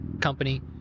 company